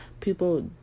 People